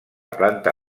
planta